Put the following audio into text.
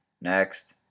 Next